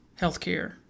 healthcare